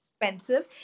expensive